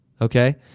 okay